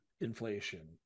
inflation